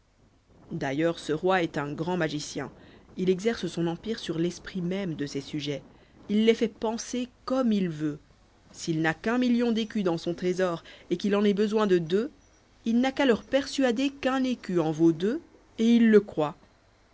d'ailleurs ce roi est un grand magicien il exerce son empire sur l'esprit même de ses sujets il les fait penser comme il veut s'il n'a qu'un million d'écus dans son trésor et qu'il en ait besoin de deux il n'a qu'à leur persuader qu'un écu en vaut deux et ils le croient